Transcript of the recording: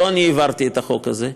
לא אני העברתי את החוק הזה,